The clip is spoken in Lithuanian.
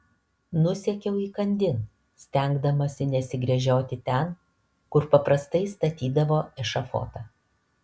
nusekiau įkandin stengdamasi nesigręžioti ten kur paprastai statydavo ešafotą